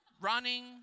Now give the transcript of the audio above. running